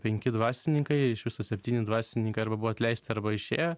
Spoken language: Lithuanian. penki dvasininkai iš viso septyni dvasininkai arba buvo atleisti arba išėjo